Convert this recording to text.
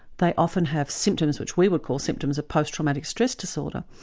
they often have symptoms which we would call symptoms of post-traumatic stress disorder,